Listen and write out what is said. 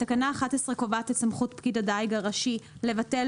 תקנה 11 קובעת את סמכות פקיד הדיג הראשי לבטל